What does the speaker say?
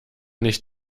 nicht